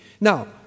now